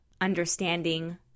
understanding